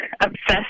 obsessed